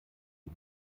die